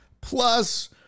plus